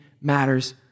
matters